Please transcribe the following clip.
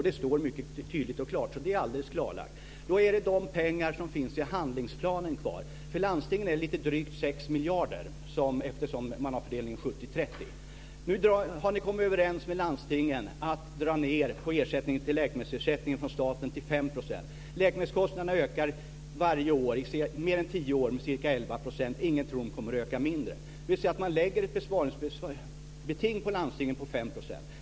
Det står mycket tydligt och klart, så det är alldeles klarlagt. Då är de pengar som finns i handlingsplanen kvar. För landstingen är det lite drygt 6 miljarder, eftersom man har fördelningen 70-30. Nu har ni kommit överens med landstingen om att dra ned på ersättningen till läkemedelsersättningen från staten till 5 %. Läkemedelskostnaderna har ökat varje år - i mer än tio år - med ca 11 %. Ingen tror att de kommer att öka mindre. Detta innebär att man lägger ett besparingsbeting på landstingen på 5 %.